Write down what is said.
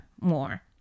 more